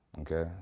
Okay